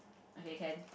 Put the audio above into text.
okay can